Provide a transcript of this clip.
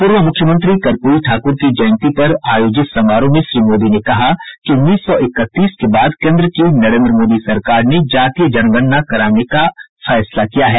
पूर्व मुख्यमंत्री कर्पूरी ठाकुर की जयंती पर आयोजित समारोह में श्री मोदी ने कहा कि उन्नीस सौ इकतीस के बाद केन्द्र की नरेन्द्र मोदी सरकार ने जातीय जनगणना कराने का फैसला किया है